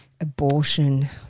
abortion